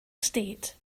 state